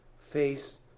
face